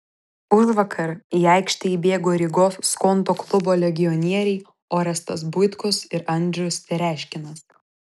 užvakar į aikštę įbėgo rygos skonto klubo legionieriai orestas buitkus ir andrius tereškinas